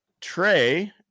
Trey